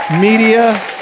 media